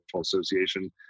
Association